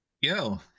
Yo